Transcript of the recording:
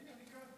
הינה, אני כאן.